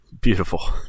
Beautiful